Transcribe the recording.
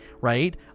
right